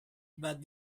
but